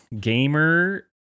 gamer